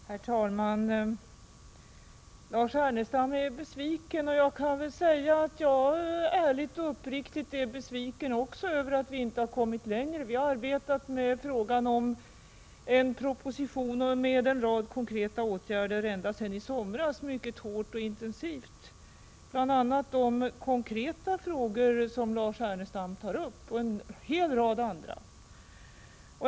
Herr talman! Lars Ernestam är besviken. Ärligt och uppriktigt sagt är också jag besviken över att vi inte kommit längre. Vi har arbetat mycket hårt och intensivt med en proposition med en rad konkreta åtgärder ända sedan i somras, inkl. de konkreta frågor som Lars Ernestam tar upp men också en hel rad andra.